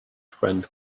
friend